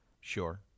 Sure